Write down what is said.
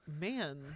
Man